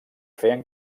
feien